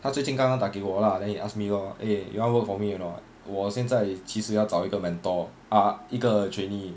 他最近刚刚打给我 lah then he ask me lor eh you want work for me or not 我现在其实要找一个 mentor ah uh 一个 trainee